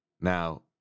Now